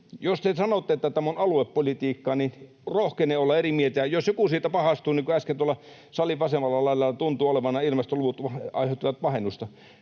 Jos te sanotte, että tämä on aluepolitiikkaa, niin rohkenen olla eri mieltä. Jos joku siitä pahastuu, niin kuin äsken tuolla salin vasemmalla lailla tuntuivat nämä ilmastoluvut aiheuttavan pahennusta,